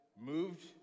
moved